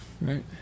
right